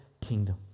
kingdom